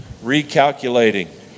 Recalculating